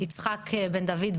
יצחק בן דוד,